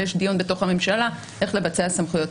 ויש דיון בתוך הממשלה איך לבצע סמכויות.